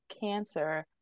cancer